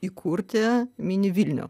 įkurti mini vilnių